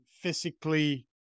physically